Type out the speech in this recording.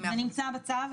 זה נמצא בצו,